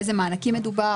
באילו מענקים מדובר?